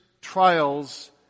trials